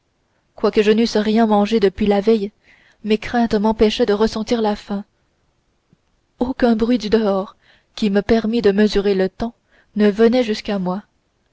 quoique je n'eusse rien mangé depuis la veille mes craintes m'empêchaient de ressentir la faim aucun bruit du dehors qui me permît de mesurer le temps ne venait jusqu'à moi